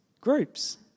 groups